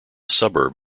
suburb